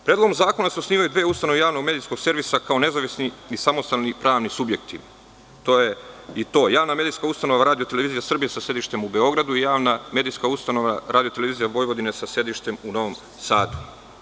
Predlogom zakona se osnivaju dve ustanove javno medijskog servisa kao nezavisni i samostalni pravni subjekti i to javna medijska ustanova Radio televizija Srbije, sa sedištem u Beogradu, i javna ustanova Radio televizija Vojvodine, sa sedištem u Novom Sadu.